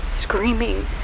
screaming